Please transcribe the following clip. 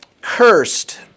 Cursed